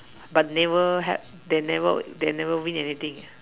but never have they never they never win anything leh